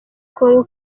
congo